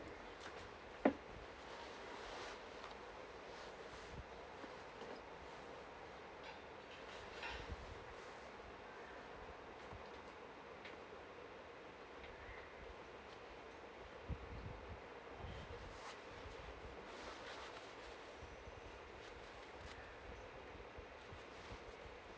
no